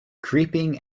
creeping